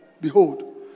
behold